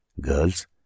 Girls